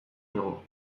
digu